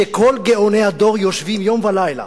כשכל גאוני הדור יושבים יום ולילה